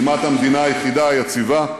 כמעט המדינה היחידה היציבה,